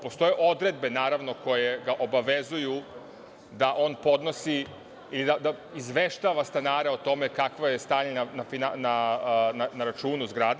Postoje odredbe, naravno koje ga obavezuju da on podnosi i izveštava stanare o tome kakvo je stanje na računu zgrade.